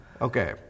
Okay